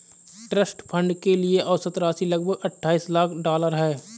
trust fund के लिए औसत राशि लगभग अट्ठाईस लाख डॉलर है